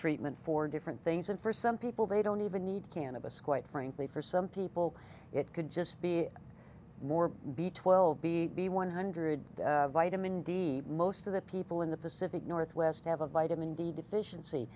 treatment for different things and for some people they don't even need cannabis quite frankly for some people it could just be a more b twelve b b one hundred vitamin d most of the people in the pacific northwest have a vitamin d deficiency